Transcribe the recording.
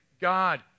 God